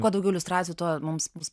kuo daugiau iliustracijų tuo mums bus